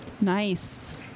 Nice